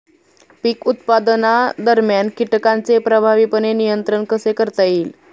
पीक उत्पादनादरम्यान कीटकांचे प्रभावीपणे नियंत्रण कसे करता येईल?